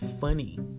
funny